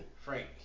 Frank